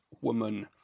woman